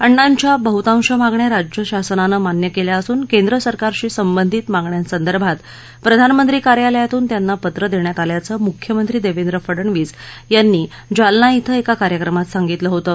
अण्णांच्या बहतांश मागण्या राज्यशासनानं मान्य केल्या असून केंद्र सरकारशी संबंधित मागण्यासंदर्भात प्रधानमंत्री कार्यालयातून त्यांना पत्र देण्यात आल्याचं मुख्यमंत्री देवेंद्र फडणवीस यांनी जालना इथं एका कार्यक्रमात सांगितलं होतं